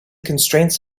constraints